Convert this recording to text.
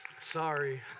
Sorry